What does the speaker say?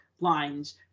lines